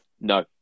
No